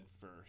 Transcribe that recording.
first